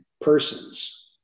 persons